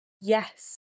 yes